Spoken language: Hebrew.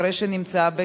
אחרי שנמצאה בגן.